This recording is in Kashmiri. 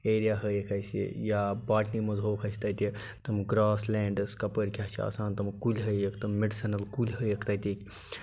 ایرِیا ہٲیِکھ اَسہِ یا باٹنی منٛز ہووُکھ تَتہِ اَسہِ تِم گراسلیندٕس کَپٲر کیٛاہ چھِ آسان تِم کُلۍ ہٲیِکھ تِم میٚڈِسَنل کُلۍ ہٲیِکھ تَتِکۍ